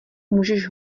můžeš